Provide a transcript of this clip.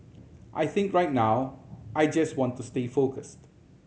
I think right now I just want to stay focused